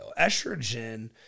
Estrogen